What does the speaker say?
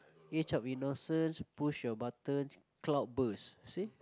age of innocence push your buttons cloudburst see